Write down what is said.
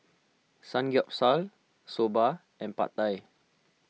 Samgeyopsal Soba and Pad Thai